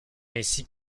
ainsi